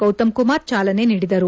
ಗೌತಮ್ ಕುಮಾರ್ ಚಾಲನೆ ನೀಡಿದರು